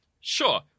Sure